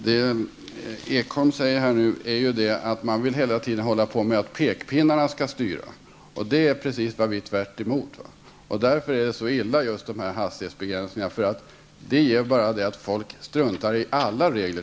Fru talman! Berndt Ekholm hävdar hela tiden att pekpinnarna skall styra. Det är precis vad vi i Ny Demokrati är tvärt emot. Det som är så illa med dessa hastighetsbegränsningar är att folk till slut struntar i alla regler.